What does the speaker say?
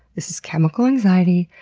this is chemical anxiety.